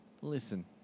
Listen